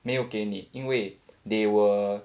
没有给你因为 they will